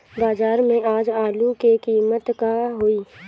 बाजार में आज आलू के कीमत का होई?